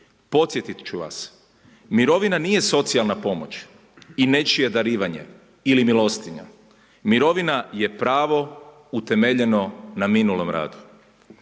Podsjetit ću vas, mirovina nije socijalna pomoć i nečije darivanje ili milostinja. Mirovina je pravo utemeljeno na minulom radu.